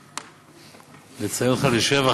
אני מציין אותך לשבח,